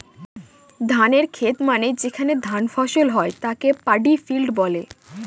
ধানের খেত মানে যেখানে ধান ফসল হয় তাকে পাডি ফিল্ড বলে